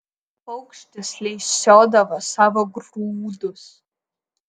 paukštis lesiodavo savo grūdus